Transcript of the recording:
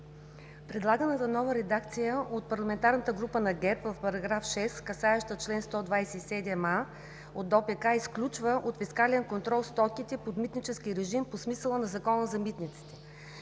Предлаганата нова редакция от парламентарната група на ГЕРБ в § 6, касаеща чл. 127а от ДОПК, изключва от фискален контрол стоките под митнически режим по смисъла на Закона за митниците.